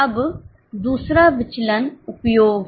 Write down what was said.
अब दूसरा विचलन उपयोग है